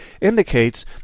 indicates